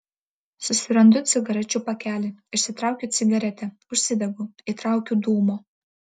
susirandu cigarečių pakelį išsitraukiu cigaretę užsidegu įtraukiu dūmo